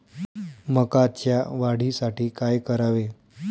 मकाच्या वाढीसाठी काय करावे?